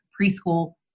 preschool-